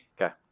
Okay